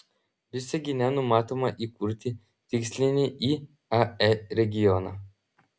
visagine numatoma įkurti tikslinį iae regioną